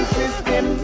system